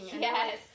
Yes